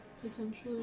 potentially